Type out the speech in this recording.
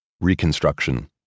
Reconstruction